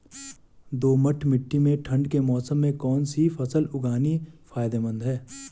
दोमट्ट मिट्टी में ठंड के मौसम में कौन सी फसल उगानी फायदेमंद है?